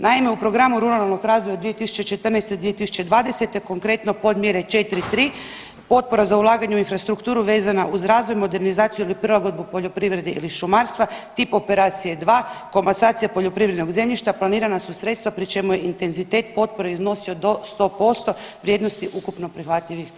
Naime, u programu ruralnog razvoja od 2014.-2020. konkretno podmjere 4.3 Potpora za ulaganje u infrastrukturu vezana uz razvoj, modernizaciju ili prilagodbu poljoprivredi ili šumarstva, tip operacije dva, komasacija poljoprivrednog zemljišta planirana su sredstva pri čemu je intenzitet potpore iznosio do 100% vrijednosti ukupno prihvatljivih troškova.